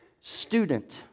student